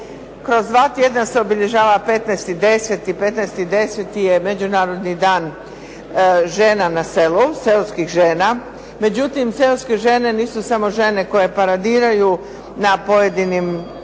kroz dva tjedna se obilježava 15.10., 15.10. je Međunarodni dan žena na selu, seoskih žena. Međutim, seoske žene nisu samo žene koje paradiraju na pojedinim